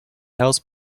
house